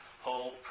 whole